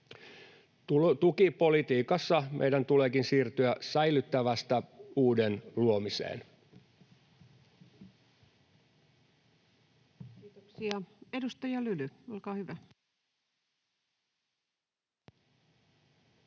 Tukipolitiikassa meidän tuleekin siirtyä säilyttävästä uuden luomiseen. Kiitoksia. — Edustaja Lyly, olkaa hyvä.